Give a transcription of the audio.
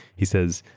he says,